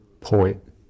point